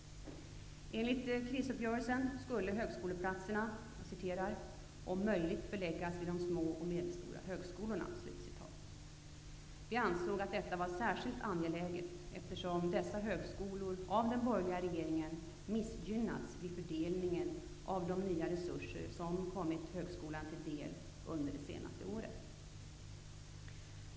Enligt krisuppgörelsen skulle högskoleplatserna om möjligt förläggas till de små och medelstora högskolorna. Vi ansåg att detta var särskilt angeläget eftersom dessa högskolor av den borgerliga regeringen missgynnats vid fördelningen av de nya resurser som kommit högskolan till del under det senaste året.